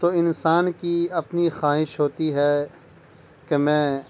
تو انسان کی اپنی خواہش ہوتی ہے کہ میں